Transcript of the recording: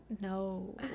No